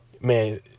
Man